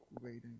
waiting